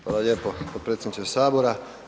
Hvala lijepo potpredsjedniče Sabora.